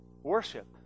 Worship